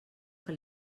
que